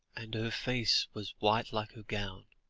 and her face was white like her gown,